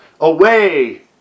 away